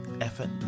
effort